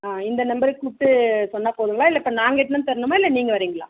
இந்த நம்பருக்கு கூப்பிட்டு சொன்னால் போதுங்களா நாங்கள் எட்டுன்னு வந்து தரணுமா இல்லை நீங்கள் வரீங்களா